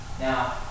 Now